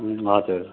हजुर